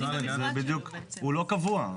הוא לא קבוע.